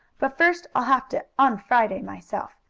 but first i'll have to un-friday myself.